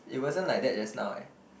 it wasn't like that just now eh